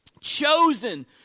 chosen